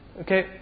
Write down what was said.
Okay